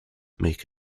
make